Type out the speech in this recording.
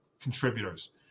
contributors